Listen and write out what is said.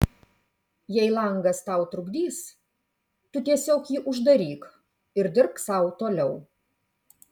jei langas tau trukdys tu tiesiog jį uždaryk ir dirbk sau toliau